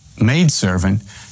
maidservant